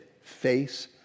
face